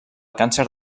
càncer